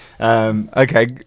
Okay